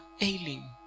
ailing